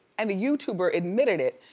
and the youtuber admitted it,